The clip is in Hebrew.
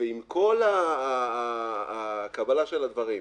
ועם כל הקבלה של הדברים,